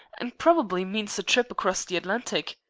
and probably means a trip across the atlantic.